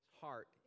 heart